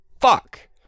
fuck